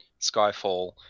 Skyfall